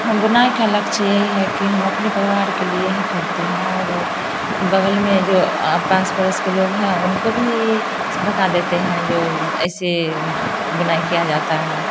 हम बुनाई का लक्ष्य यही है कि हम अपने परिवार के लिए ही करते हैं और बगल में जो पास पड़ोस के लोग हैं उनको भी बता देते हैं जो ऐसे बुनाई किया जाता है